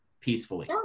peacefully